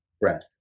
breath